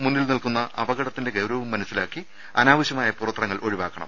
മുന്നിൽ നിൽക്കുന്ന അപകടത്തിന്റെ ഗൌരവം മനസിലാക്കി അനാവശ്യമായ പുറത്തിറങ്ങൽ ഒഴിവാക്കണം